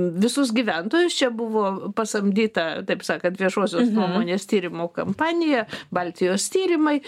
visus gyventojus čia buvo pasamdyta taip sakant viešosios nuomonės tyrimų kompanija baltijos tyrimai